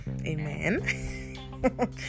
amen